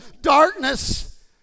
darkness